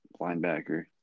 linebacker